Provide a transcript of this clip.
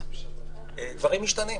דברים משתנים.